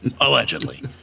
Allegedly